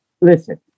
listen